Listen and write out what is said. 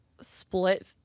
split